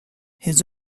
his